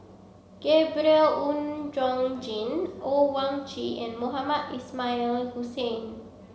Gabriel Oon Chong Jin Owyang Chi and Mohamed Ismail Hussain